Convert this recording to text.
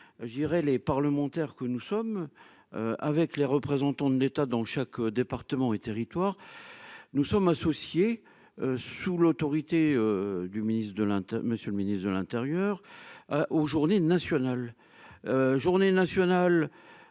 je dirais, les parlementaires que nous sommes avec les représentants de l'État dans chaque département et territoires, nous sommes associés sous l'autorité du ministre de l'Inde, monsieur le ministre de l'Intérieur, aux journées nationales, journée nationale